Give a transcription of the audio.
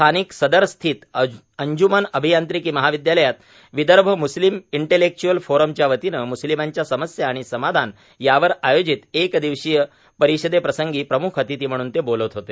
स्थानिक सदरस्थित अंज्मन अभियांत्रिकी महाविद्यालयात विदर्भ म्स्लिम इंटलेक्च्एल फोरमच्या वतीने म्स्लिमांच्या समस्या आणि समाधान यावर आयोजित एकदिवसीय परिषदेप्रसंगी प्रम्ख अतिथी म्हणून ते बोलत होते